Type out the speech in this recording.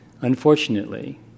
Unfortunately